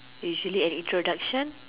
usually an introduction